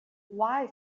why